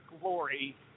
glory